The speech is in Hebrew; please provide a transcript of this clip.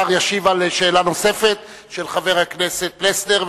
השר ישיב על שאלה נוספת של חבר הכנסת פלסנר,